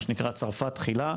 מה שנקרא 'צרפת תחילה',